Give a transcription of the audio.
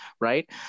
right